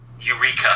eureka